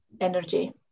energy